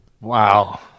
Wow